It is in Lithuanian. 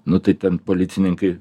nu tai ten policininkai